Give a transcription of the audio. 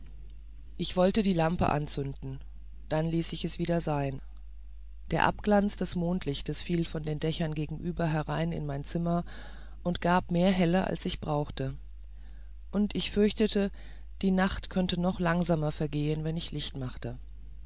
ich wollte die lampe anzünden dann ließ ich es wieder sein der abglanz des mondlichts fiel von den dächern gegenüber herein in mein zimmer und gab mehr helle als ich brauchte und ich fürchtete die nacht könnte noch langsamer vergehen wenn ich licht machte